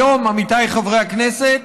היום, עמיתיי חברי הכנסת,